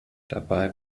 dabei